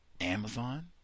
Amazon